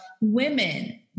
women